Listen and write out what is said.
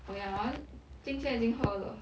oh ya wan~ 今天已经喝了